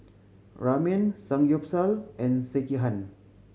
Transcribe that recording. Ramen Samgyeopsal and Sekihan